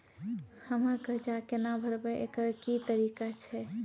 हम्मय कर्जा केना भरबै, एकरऽ की तरीका छै?